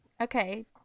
Okay